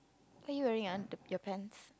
are you wearing your under your pants